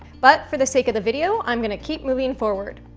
but, for the sake of the video, i'm gonna keep moving forward.